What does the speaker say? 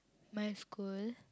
my school